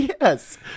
Yes